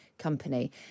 company